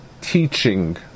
teaching